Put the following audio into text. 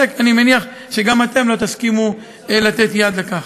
ואני מניח שגם אתם לא תסכימו לתת יד לכך.